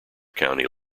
county